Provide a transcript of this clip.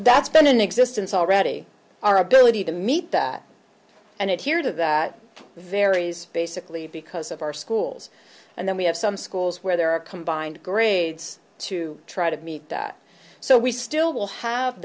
that's been in existence already our ability to meet that and it here to that varies basically because of our schools and then we have some schools where there are combined grades to try to meet that so we still